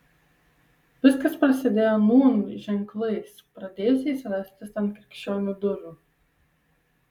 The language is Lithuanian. viskas prasidėjo nūn ženklais pradėjusiais rastis ant krikščionių durų